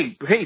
hey